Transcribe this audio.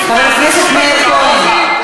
ואתה יודע שאני לא מפריע לאף אחד לדבר,